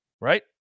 Right